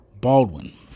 Baldwin